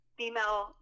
female